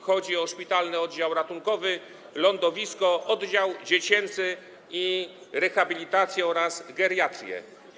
Chodzi o szpitalny oddział ratunkowy, lądowisko, oddziały dziecięcy, rehabilitacyjny oraz geriatryczny.